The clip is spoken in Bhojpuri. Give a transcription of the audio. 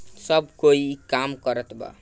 सब कोई ई काम करत बा